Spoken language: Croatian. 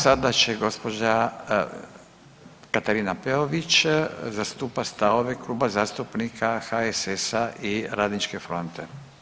Sada će gospođa Katarina Peović zastupati stavove Kluba zastupnika HSS-a i Radničke fronte.